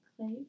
Clay